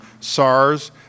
SARS